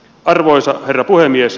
arvoisa herra puhemies